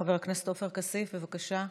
חבר הכנסת עופר כסיף, בבקשה.